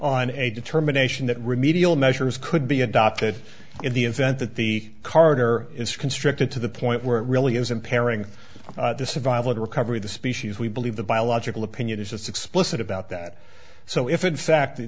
on a determination that remedial measures could be adopted in the event that the corridor is constricted to the point where it really is impairing the survival of recovery the species we believe the biological opinion is just explicit about that so if in fact